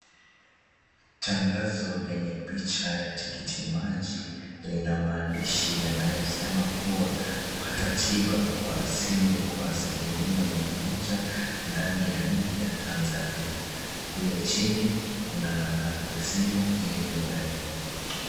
Tangazo lenye picha ya tikiti maji lina maandishi yanayosema kuwa, "Pata tiba kwa asili kwa asilimia mia moja ndani ya nje ya Tanzania". Kule chini kuna nambari ya simu iliyowekwa.